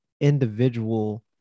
individual